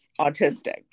autistic